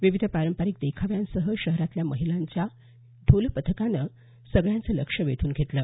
विविध पारंपारीक देखाव्यांसह शहरातल्या महिलांच्या या ढोलपथकानं सगळ्यांचं लक्ष वेधून घेतलं